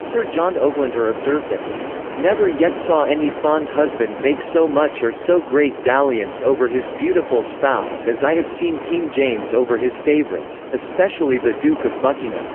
sir john oglander observed that he never yet saw any fond husband make so much or so great dalliance over his beautiful spouse as i have seen king james over his favourites, especially the duke of buckingham